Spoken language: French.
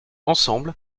ensemble